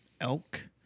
elk